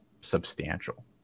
substantial